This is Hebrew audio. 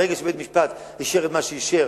מהרגע שבית-המשפט אישר את מה שאישר,